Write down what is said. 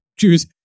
choose